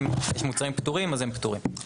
אם יש מוצרים פטורים, אז הם פטורים.